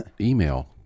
email